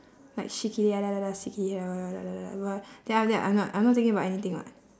like then after that I'm not I'm not thinking about anything [what]